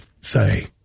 say